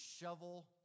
shovel